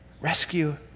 rescue